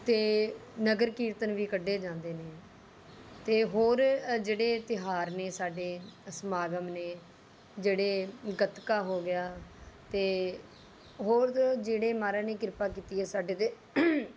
ਅਤੇ ਨਗਰ ਕੀਰਤਨ ਵੀ ਕੱਢੇ ਜਾਂਦੇ ਨੇ ਅਤੇ ਹੋਰ ਜਿਹੜੇ ਤਿਉਹਾਰ ਨੇ ਸਾਡੇ ਸਮਾਗਮ ਨੇ ਜਿਹੜੇ ਗੱਤਕਾ ਹੋ ਗਿਆ ਅਤੇ ਹੋਰ ਜਿਹੜੇ ਮਹਾਰਾਜ ਨੇ ਕਿਰਪਾ ਕੀਤੀ ਹੈ ਸਾਡੇ 'ਤੇ